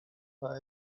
but